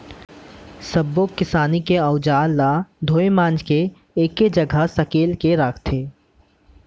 सब्बो किसानी के अउजार ल धोए मांज के एके जघा म सकेल के राखथे